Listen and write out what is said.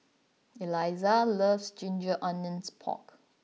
Elissa loves Ginger Onions Pork